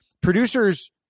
producers